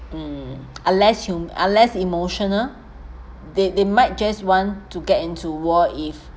mm unless you unless emotional they they might just want to get into war if